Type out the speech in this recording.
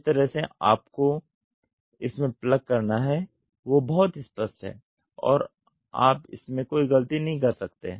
जिस तरफ से आपको इसमें प्लग करना है वो बहुत स्पष्ट है और आप इसमें कोई गलती नहीं कर सकते